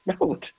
no